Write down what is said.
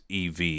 EV